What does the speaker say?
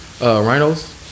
Rhinos